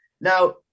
Now